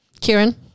Kieran